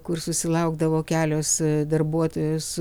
kur susilaukdavo kelios darbuotojos